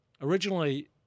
Originally